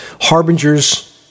Harbingers